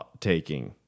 taking